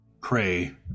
pray